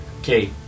Okay